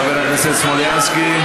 חבר הכנסת סלומינסקי.